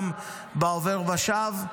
גם בעובר ושב,